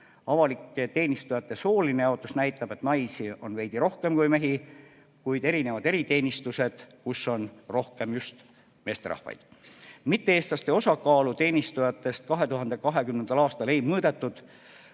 Avalike teenistujate sooline jaotus näitab, et naisi on veidi rohkem kui mehi, kuid eriteenistustes on rohkem just meesterahvaid. Mitte-eestlaste osakaalu teenistujate hulgas 2020. aastal ei arvutatud,